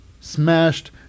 smashed